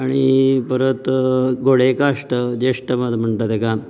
आनी परत गोडेकाश्ट जेश्ट म्हण्टात तेका